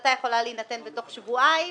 ההחלטה יכולה להינתן תוך שבועיים